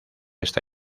esta